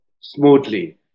smoothly